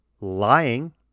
lying